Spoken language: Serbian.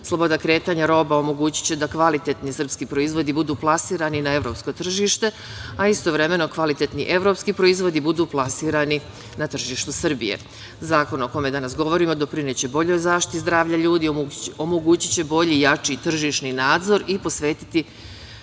Sloboda kretanja roba omogućiće da kvalitetni srpski proizvodi budu plasirani na evropsko tržište, a istovremeno kvalitetni evropski proizvodi budu plasirani na tržištu Srbije. Zakon o kome danas govorimo, doprineće boljoj zaštiti zdravlja ljudi, omogućiće bolji, jači tržišni nadzor i povećati